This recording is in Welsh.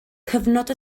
cyfnod